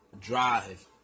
drive